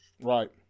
Right